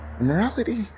morality